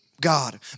God